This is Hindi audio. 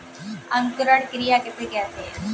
अंकुरण क्रिया किसे कहते हैं?